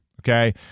Okay